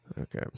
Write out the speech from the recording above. Okay